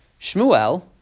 Shmuel